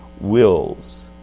wills